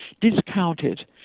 discounted